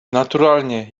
naturalnie